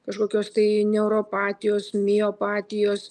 kažkokios tai neuropatijos miopatijos